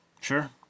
Sure